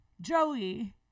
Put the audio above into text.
Joey